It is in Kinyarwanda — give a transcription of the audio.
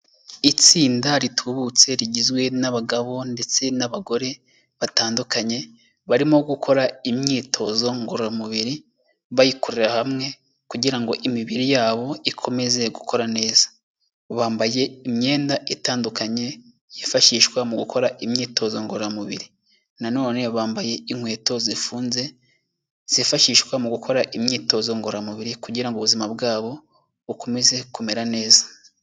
Itsinda ritubutse rigizwe n'abagabo ndetse n'abagore batandukanye, barimo gukora imyitozo ngororamubiri, bayikorera hamwe kugira ngo imibiri yabo ikomeze gukora neza, bambaye imyenda itandukanye yifashishwa mu gukora imyitozo ngororamubiri, nanone bambaye inkweto zifunze zifashishwa mu gukora imyitozo ngororamubiri, kugira ngo ubuzima bwabo bukomeze kumera neza.